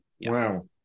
Wow